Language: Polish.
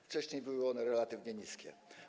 Wcześniej były one relatywnie niskie.